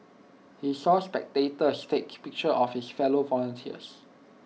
he saw spectators take pictures of his fellow volunteers